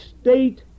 state